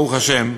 ברוך השם,